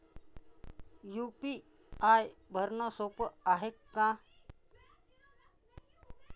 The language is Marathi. यू.पी.आय भरनं सोप हाय का?